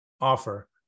offer